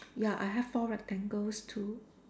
ya I have four rectangles too